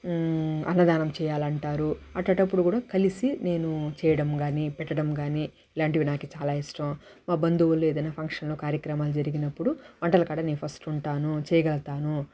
అన్నదానం చేయాలంటారు అట్లాం టప్పుడు కూడా కలిసి నేను చేయడం కానీ పెట్టడం కానీ ఇలాంటివి నాకు చాలా ఇష్టం మా బంధువుల ఏదన్నా ఫంక్షన్లు ఏదైనా కార్యక్రమాలు జరిగినప్పుడు వంటల కాడ నేను ఫస్ట్ ఉంటాను చేయగలుగుతాను